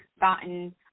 gotten